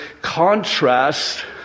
contrast